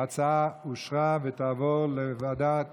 ההצעה אושרה בקריאה טרומית ותעבור לוועדה